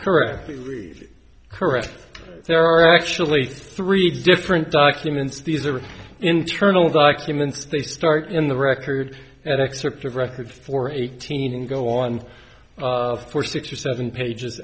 correct correct there are actually three different documents these are internal documents they start in the record at excerpts of record for eighteen and go on for six or seven pages